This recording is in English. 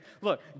Look